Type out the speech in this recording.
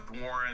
Warren